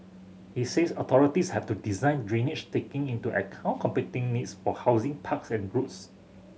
he says authorities have to design drainage taking into account competing needs for housing parks and roads